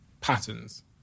patterns